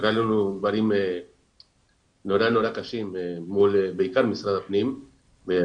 קרו לנו דברים נורא נורא קשים בעיקר מול משרד הפנים באשרות,